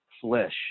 flesh